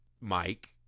Mike